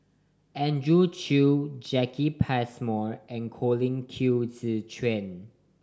Andrew Chew Jacki Passmore and Colin Qi Zhe Quan